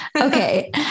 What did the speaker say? Okay